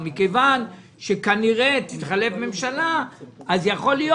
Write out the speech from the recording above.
מכיוון שכנראה תתחלף ממשלה אז יכול להיות